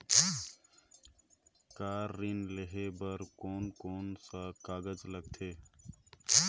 Car ऋण लेहे बार कोन कोन सा कागज़ लगथे?